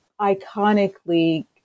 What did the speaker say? iconically